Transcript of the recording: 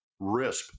RISP